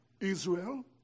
Israel